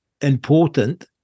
important